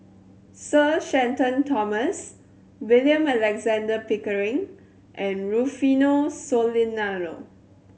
Sir Shenton Thomas William Alexander Pickering and Rufino Soliano